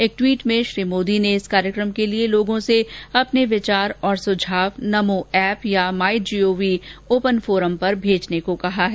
एक टवीट में श्री मोदी ने इस कार्यक्रम के लिए लोगों से अपने विचार और सुझाव नमो एप या माई जीओवी ओपन फोरम पर भेजने को कहा है